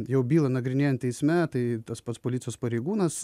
jau bylą nagrinėjant teisme tai tas pats policijos pareigūnas